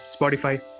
Spotify